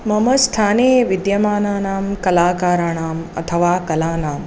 मम स्थाने विद्यमानानां कलाकाराणाम् अथवा कलानां